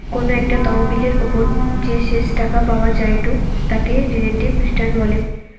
কোনো একটা তহবিলের ওপর যে শেষ টাকা পাওয়া জায়ঢু তাকে রিলেটিভ রিটার্ন বলে